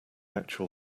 actual